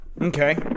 Okay